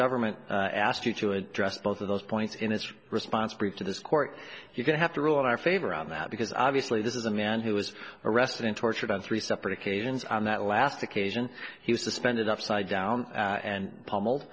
government asked you to address both of those points in his response brief to this court you have to rule in our favor on that because obviously this is a man who was arrested and tortured on three separate occasions on that last occasion he was suspended upside down and pummeled